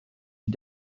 die